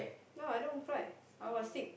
now I don't cry I was sick